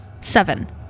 Seven